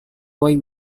boy